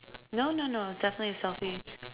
no no no it's definitely a selfie